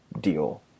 deal